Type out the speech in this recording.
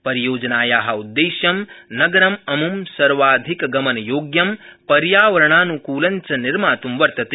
परियोजनाया उददेश्यं नगरमम् सर्वाधिकगमनयोग्यं पर्यावरणान्कूलञ्च निर्मात् वर्तते